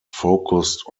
focused